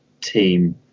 team